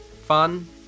fun